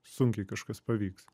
sunkiai kažkas pavyks